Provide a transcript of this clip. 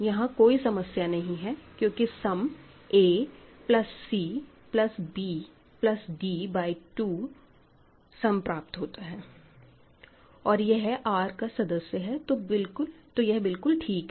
यहां कोई समस्या नहीं है क्योंकि sum a plus c plus b plus d by 2 sum प्राप्त होता है और यह R का सदस्य है तो यह बिल्कुल ठीक है